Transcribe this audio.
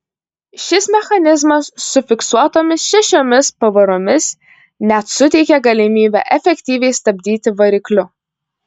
šis mechanizmas su fiksuotomis šešiomis pavaromis net suteikė galimybę efektyviai stabdyti varikliu